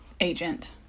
agent